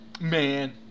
man